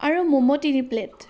আৰু মমো তিনি প্লেট